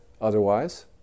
otherwise